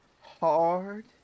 hard